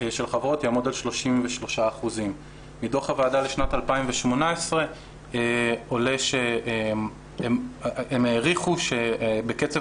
של חברות יעמוד על 33%. מדוח הוועדה לשנת 2018 הם העריכו שבקצב